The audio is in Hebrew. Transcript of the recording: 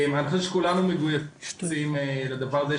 כולנו מגויסים לדבר הזה,